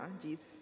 Jesus